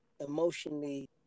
emotionally